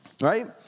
Right